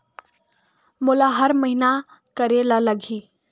मोला हर महीना करे ल लगही?